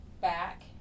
back